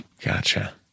gotcha